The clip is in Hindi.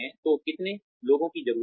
तो कितने लोगों की जरूरत है